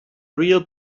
real